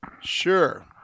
Sure